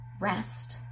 rest